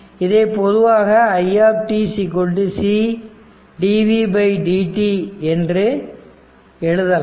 இதை பொதுவாக i c dvtdt என்று எழுதலாம்